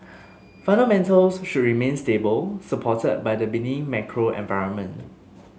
fundamentals should remain stable supported by the benign macro environment